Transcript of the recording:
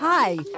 Hi